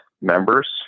members